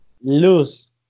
lose